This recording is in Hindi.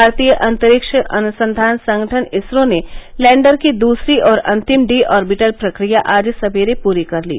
भारतीय अंतरिक्ष अनुसंधान संगठन इसरो ने लैंडर की दूसरी और अंतिम डी ऑर्विटल प्रक्रिया आज सवेरे पूरी कर ली